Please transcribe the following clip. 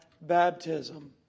baptism